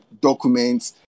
documents